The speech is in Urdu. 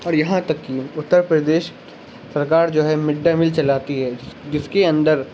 اور یہاں تک کہ اتر پردیش سرکار جو ہے مڈ ڈے میل چلاتی ہے جس کے اندر